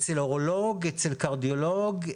אצל אורולוג, אצל קרדיולוג.